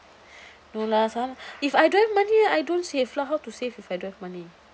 no lah some if I don't have money I don't save lah how to save if I don't have money